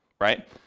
right